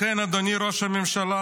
לכן, אדוני ראש הממשלה,